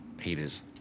heaters